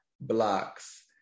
blocks